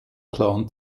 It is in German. clan